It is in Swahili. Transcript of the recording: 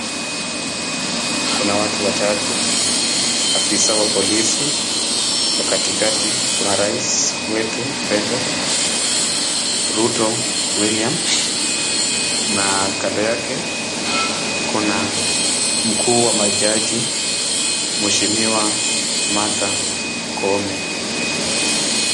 Kuna watu watatu. Afisa wa polisi wa katikati kuna rais wetu mpendwa Ruto William na kando yake kuna mkuu wa majaji mheshimiwa Martha Koome.